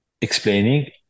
explaining